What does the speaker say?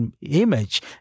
image